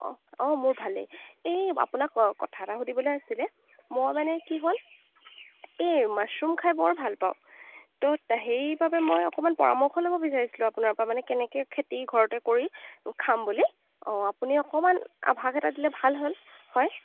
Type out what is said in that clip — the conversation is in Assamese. অঁ মোৰ ভালেই এই আপোনাক কথা এটা সুধিবলৈ আছিলে মই মানে কি হ'ল এই মাছৰুম খাই বৰ ভাল পাওঁ তো সেইবাবে মই অকণমান পৰামৰ্শ ল'ব বিচাৰিছিলোঁ আপোনাৰ পৰা মানে কেনেকৈ খেতি ঘৰতে কৰি খাম বুলি অঁ আপুনি অকণমান আভাস এটা দিলে ভাল হ'ল হয়